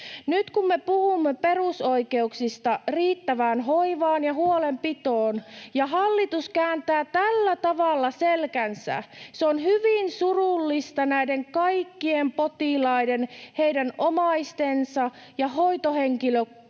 Nyt kun me puhumme perusoikeuksista riittävään hoivaan ja huolenpitoon ja hallitus kääntää tällä tavalla selkänsä, se on hyvin surullista näiden kaikkien potilaiden, heidän omaistensa ja hoitohenkilökunnan